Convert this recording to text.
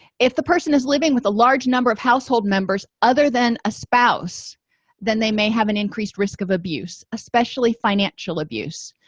if the person is living with a large number of household members other than a spouse then they may have an increased risk of abuse especially financial abuse